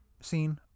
scene